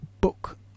Book